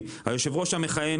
כמו שאמר היועץ המשפטי,